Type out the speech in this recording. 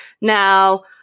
Now